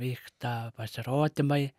vyksta pasirodymai